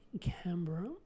Canberra